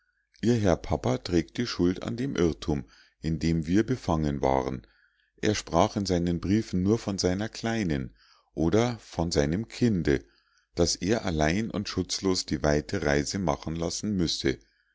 ihr herr papa trägt die schuld an dem irrtum in dem wir befangen waren er sprach in seinen briefen nur von seiner kleinen oder von seinem kinde das er allein und schutzlos die weite reise machen lassen müsse